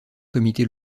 comités